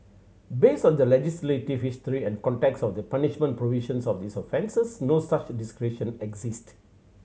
based on the legislative history and context of the punishment provisions of these offences no such discretion exist